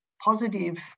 positive